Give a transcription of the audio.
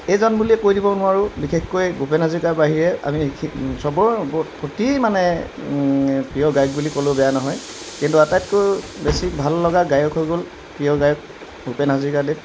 এইজন বুলিয়ে কৈ দিব নোৱাৰোঁ বিশেষকৈ ভূপেন হাজৰিকাৰ বাহিৰে আমি চবৰে প্ৰতি মানে প্ৰিয় গায়ক বুলি ক'লেও বেয়া নহয় কিন্তু আটাইতকৈ বেছি ভাল লগা গায়ক হৈ গ'ল প্ৰিয় গায়ক ভূপেন হাজৰিকাদেৱ